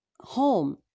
home